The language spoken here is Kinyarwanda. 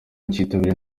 kitabiriwe